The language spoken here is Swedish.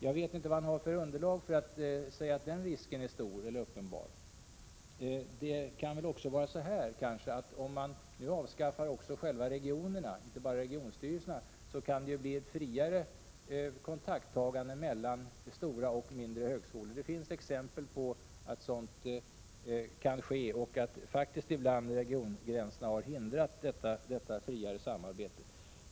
Jag vet inte vad han har för underlag för att säga att den risken är uppenbar. Om man avskaffar också själva regionerna och inte bara regionstyrelserna, kan det bli ett friare kontakttagande mellan stora och små högskolor. Det finns exempel på att sådant kan ske och att faktiskt ibland regiongränserna har hindrat detta friare samarbete.